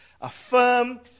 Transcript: affirm